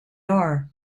are